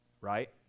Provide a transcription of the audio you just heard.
right